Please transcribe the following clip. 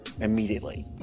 immediately